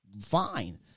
fine